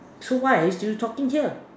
so why are you still talking here